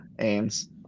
aims